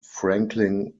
franklin